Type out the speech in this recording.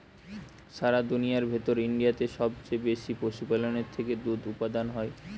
সারা দুনিয়ার ভেতর ইন্ডিয়াতে সবচে বেশি পশুপালনের থেকে দুধ উপাদান হয়